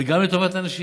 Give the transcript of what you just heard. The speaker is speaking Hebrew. וגם לטובת הנשים.